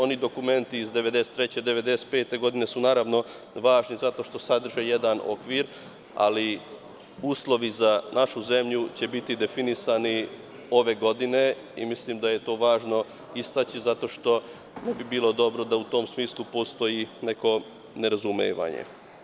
Oni dokumenti 1993, 1995. godine su naravno važni, zato što sadrže jedan okvir, ali uslovi za našu zemlju će biti definisani ove godine i mislim da je to važno istaći zato što ne bi dobro da u tom smislu postoji neko nerazumevanje.